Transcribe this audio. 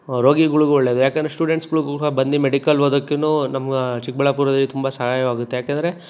ರೋಗಿಗಳ್ಗೂ ಒಳ್ಳೆದು ಯಾಕಂದರೆ ಸ್ಟೂಡೆಂಟ್ಸ್ಗಳು ಕೂಡ ಬಂದು ಮೆಡಿಕಲ್ ಓದಕ್ಕು ನಮ್ಮ ಚಿಕ್ಕಬಳ್ಳಾಪುರದಲ್ಲಿ ತುಂಬ ಸಹಾಯವಾಗುತ್ತೆ ಯಾಕೆಂದರೆ